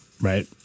Right